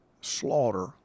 slaughter